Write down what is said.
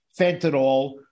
fentanyl